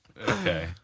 Okay